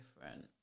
different